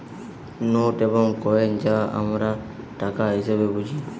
note এবং coin যা আমরা টাকা হিসেবে বুঝি